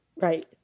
Right